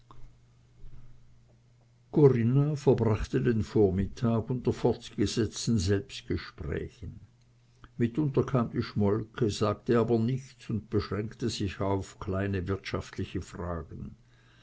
corinna verbrachte den vormittag unter fortgesetzten selbstgesprächen mitunter kam die schmolke sagte aber nichts und beschränkte sich auf kleine wirtschaftliche fragen